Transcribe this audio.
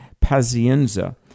Pazienza